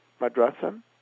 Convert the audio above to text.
Madrasan